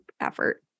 effort